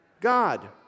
God